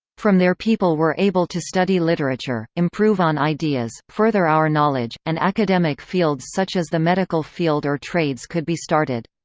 from there people were able to study literature, improve on ideas, further our knowledge, and academic fields such as the medical field or trades could be started.